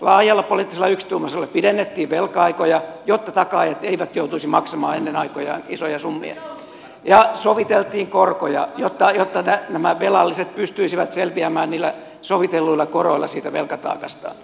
laajalla poliittisella yksituumaisuudella pidennettiin velka aikoja jotta takaajat eivät joutuisi maksamaan ennen aikojaan isoja summia ja soviteltiin korkoja jotta nämä velalliset pystyisivät selviämään niillä sovitelluilla koroilla siitä velkataakastaan